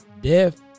Death